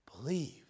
believe